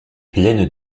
pleines